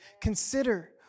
Consider